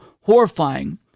horrifying